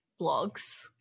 blogs